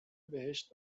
بهشت